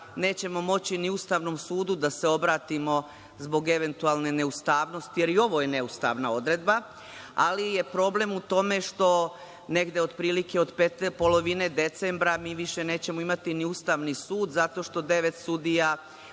nećemo moći ni Ustavnom sudu da se obratimo zbog eventualne neustavnosti, jer i ovo je neustavna odredba. Problem je u tome što negde otprilike od polovine decembra mi više nećemo imati ni Ustavni sud, zato što devetoro sudija